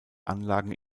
anlagen